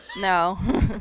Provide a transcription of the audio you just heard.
No